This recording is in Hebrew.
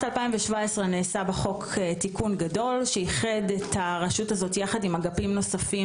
2017 נעשה בחוק תיקון גדול שאיחד את הרשות הזאת יחד עם אגפים נוספים